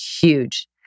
huge